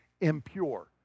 impure